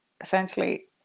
essentially